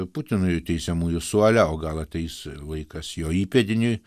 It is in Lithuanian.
putinui teisiamųjų suole o gal ateis laikas jo įpėdiniui